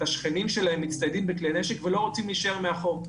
את השכנים שלהם מצטיידים בכלי נשק ולא רוצים להישאר מאחור.